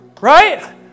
Right